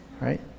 right